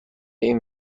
این